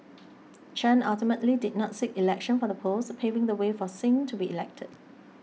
Chen ultimately did not seek election for the post paving the way for Singh to be elected